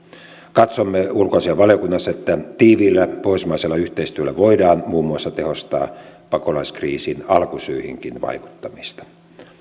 katsomme ulkoasiainvaliokunnassa että tiiviillä pohjoismaisella yhteistyöllä voidaan muun muassa tehostaa pakolaiskriisin alkusyihinkin vaikuttamista